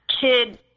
kid